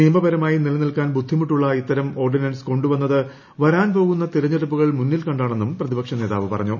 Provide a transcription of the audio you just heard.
നിയമപരമായി നിലനിൽക്കാൻ ബുദ്ധിമുട്ടുള്ള ഇത്തരം ഓർഡിൻസ് കൊണ്ടുവന്നത് വരാൻ പോകുന്ന തിരഞ്ഞെടുപ്പുകൾ മുന്നിൽ കണ്ടാണെന്നും പ്രതിപക്ഷ നേതാവ് പറഞ്ഞു